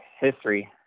history